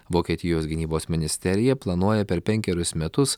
vokietijos gynybos ministerija planuoja per penkerius metus